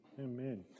amen